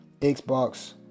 Xbox